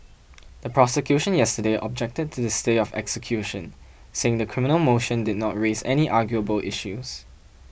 the prosecution yesterday objected to the stay of execution saying the criminal motion did not raise any arguable issues